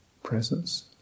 presence